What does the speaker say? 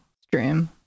stream